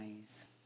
eyes